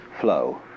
flow